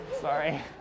Sorry